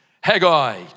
Haggai